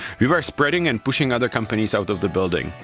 we were spreading and pushing other companies out of the building.